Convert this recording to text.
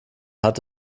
hat